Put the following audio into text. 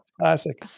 Classic